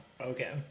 Okay